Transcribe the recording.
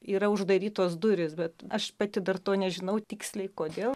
yra uždarytos durys bet aš pati dar to nežinau tiksliai kodėl